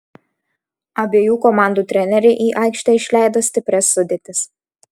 abiejų komandų treneriai į aikštę išleido stiprias sudėtis